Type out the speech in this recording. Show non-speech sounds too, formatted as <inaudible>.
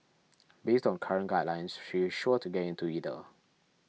<noise> based on current guidelines she is sure to get into either